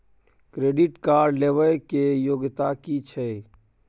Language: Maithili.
क्रेडिट कार्ड लेबै के योग्यता कि छै?